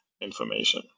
information